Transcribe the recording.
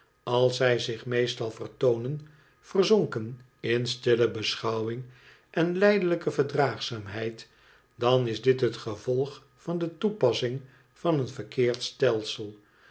als zij zich meestal vertoonen verzonken in stille beschouwing en lijdelijke verdraagzaamheid dan is dit het gevolg van de toepassing van een verkeerd stelsel